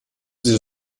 sie